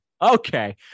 Okay